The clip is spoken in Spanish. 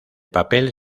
papel